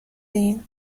این